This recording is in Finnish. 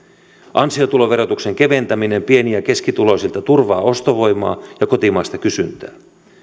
ansiotuloverotuksen keventäminen pieni ja keskituloisilta turvaa ostovoimaa ja kotimaista kysyntää